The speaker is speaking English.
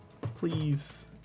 Please